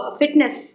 fitness